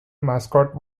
mascot